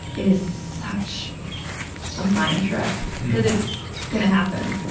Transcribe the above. it is such a mind trip, because it's going to happen.